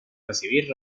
recibir